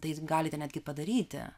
tai galite netgi padaryti